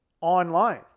online